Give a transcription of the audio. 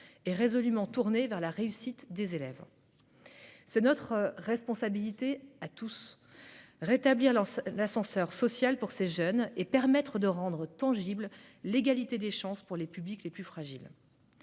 et résolument tourné vers la réussite des élèves. C'est notre responsabilité à tous : rétablir l'ascenseur social pour ces jeunes et permettre de rendre tangible l'égalité des chances pour les publics les plus fragiles.